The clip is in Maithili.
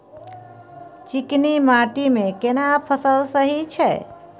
चिकनी माटी मे केना फसल सही छै?